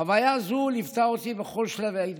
חוויה זו ליוותה אותי בכל שלבי ההתבגרות,